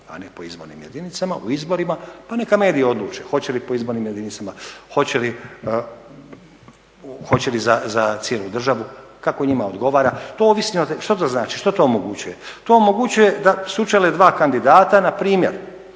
a ne po izbornim jedinicama, u izborima pa neka mediji odluče hoće li po izbornim jedinicama, hoće li za cijelu državu kako njima odgovara. To ovisi, što to znači, što to omogućuje? To omogućuje da sučele dva kandidata, npr.